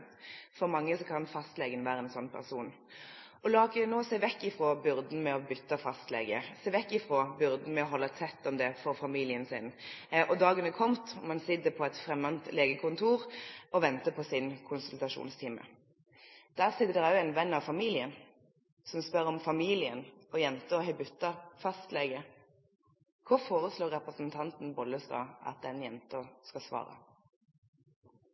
For mange kan fastlegen være en sånn person. La oss nå se vekk fra byrden med å bytte fastlege, se vekk fra byrden med å holde tett om det for familien sin. Dagen er kommet. Man sitter på et fremmed legekontor og venter på sin konsultasjonstime. Der sitter det òg en venn av familien, som spør om familien og jenta har byttet fastlege. Hva foreslår representanten Bollestad at den jenta skal svare?